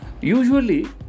Usually